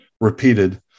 repeated